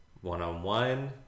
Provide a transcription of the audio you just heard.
one-on-one